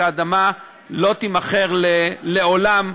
שהאדמה לא תימכר לעולם,